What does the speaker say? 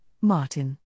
Martin